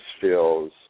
feels